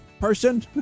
person